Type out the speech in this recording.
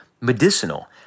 medicinal